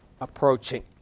approaching